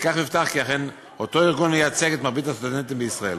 וכך יובטח כי אכן אותו ארגון מייצג את מרבית הסטודנטים בישראל.